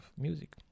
music